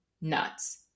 Nuts